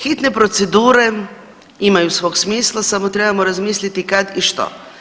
Hitna procedure imaju svog smisla, samo trebamo razmisliti kad i što.